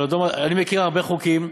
אני מכיר הרבה חוקים.